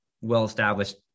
well-established